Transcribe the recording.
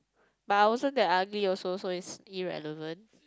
but I also that ugly also so is irrelevant